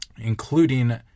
including